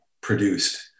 produced